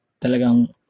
talagang